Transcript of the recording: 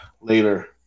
later